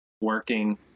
working